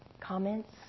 comments